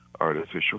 artificial